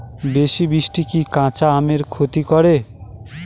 বেশি বৃষ্টি কি কাঁচা আমের ক্ষতি করে?